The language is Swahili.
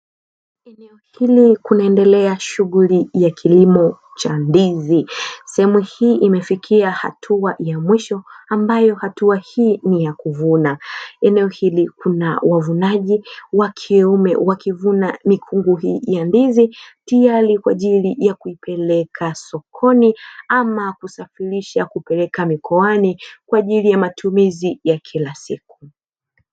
Eneo hili kunaendelea shughuli ya kilimo cha ndizi. Sehemu hii imefikia hatua ya mwisho ambayo hatua hii ni ya kuvuna. Eneo hili kuna wavunaji wa kiume na mikungu hii ya ndizi tiyari kwa ajili ya kuipeleka sokoni, ama kusafirisha kupeleka mikoani kwa ajili ya matumizi ya kila siku.